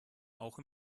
auch